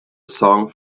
song